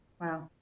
Wow